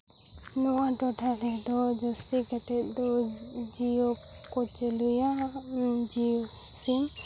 ᱱᱚᱣᱟ ᱴᱚᱴᱷᱟ ᱨᱮᱫᱚ ᱡᱟᱹᱥᱛᱤ ᱠᱟᱛᱮ ᱫᱚ ᱡᱤᱭᱳ ᱠᱚ ᱪᱟᱹᱞᱩᱭᱟ ᱚᱱᱟ ᱡᱤᱭᱳ ᱥᱤᱢ